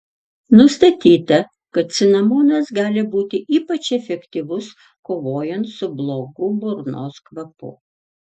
nustatyta kad cinamonas gali būti ypač efektyvus kovojant su blogu burnos kvapu